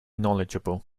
knowledgeable